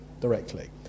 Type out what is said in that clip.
directly